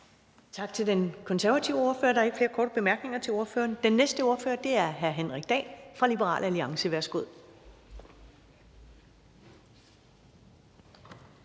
Tak til den konservative ordfører. Der er ikke flere korte bemærkninger til ordføreren. Den næste ordfører er hr. Henrik Dahl fra Liberal Alliance. Værsgo.